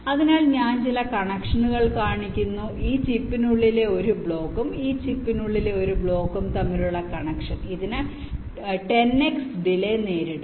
അതിനാൽ ഞാൻ ചില കണക്ഷനുകൾ കാണിക്കുന്നു ഈ ചിപ്പിനുള്ളിലെ ഒരു ബ്ലോക്കും ഈ ചിപ്പിനുള്ളിലെ ഒരു ബ്ലോക്കും തമ്മിലുള്ള കണക്ഷൻ ഇതിന് 10X ഡിലെ നേരിടും